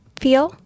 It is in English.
feel